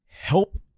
help—